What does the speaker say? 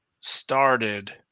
started